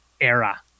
era